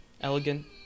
Elegant